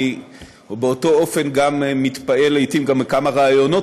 אני באותו אופן מתפעל לעתים גם מכמה רעיונות